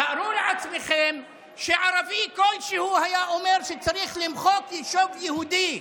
תארו לעצמכם שערבי כלשהו היה אומר שצריך למחוק יישוב יהודי.